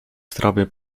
zdrowym